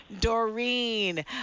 Doreen